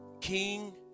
King